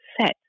set